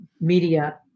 media